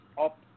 up